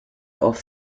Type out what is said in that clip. off